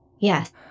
yes